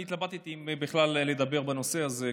אני התלבטתי אם בכלל לדבר על הנושא הזה,